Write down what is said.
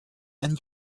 and